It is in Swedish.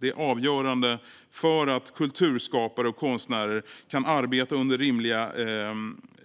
Det är avgörande att kulturskapare och konstnärer kan arbeta under rimliga